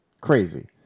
crazy